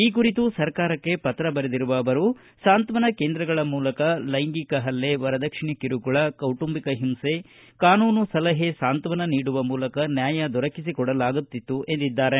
ಈ ಕುರಿತು ಸರ್ಕಾರಕ್ಕೆ ಪತ್ರ ಬರೆದಿರುವ ಅವರು ಸಾಂತ್ವನ ಕೇಂದ್ರಗಳ ಮೂಲಕ ಲೈಂಗಿಕ ಹಲ್ಲೆ ವರದಕ್ಷಿಣೆ ಕಿರುಕುಳ ಕೌಟುಂಬಿಕ ಹಿಂಸೆ ಕಾನೂನು ಸಲಹೆ ಸಾಂತ್ವನ ನೀಡುವ ಮೂಲಕ ನ್ಯಾಯ ದೊರಕಿಸಿಕೊಡಲಾಗುತ್ತಿತ್ತು ಎಂದಿದ್ದಾರೆ